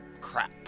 crap